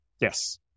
Yes